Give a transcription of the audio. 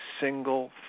single